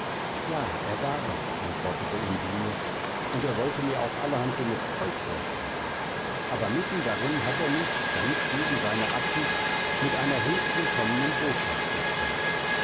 ja er war es antwortete undine und er wollte mir auch allerhand dummes zeug vorsprechen aber mitten darin hat er mich ganz gegen seine absicht mit einer höchst willkommenen botschaft erfreut